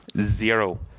Zero